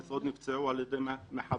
עשרות נפצעו על ידי מחבל,